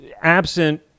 absent